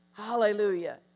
Hallelujah